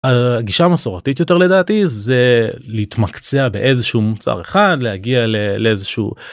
הגישה המסורתית יותר לדעתי זה להתמקצע באיזשהו מוצר אחד להגיע לאיזשהו.